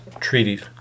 treaties